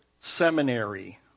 Seminary